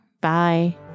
Bye